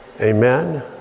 amen